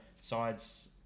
sides